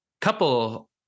couple